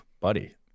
buddy